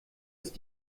ist